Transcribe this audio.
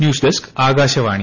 news desk Akashvani